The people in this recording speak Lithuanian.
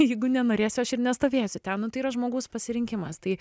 jeigu nenorėsiu aš ir nestovėsiu ten nu tai yra žmogaus pasirinkimas tai